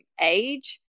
age